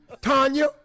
Tanya